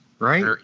Right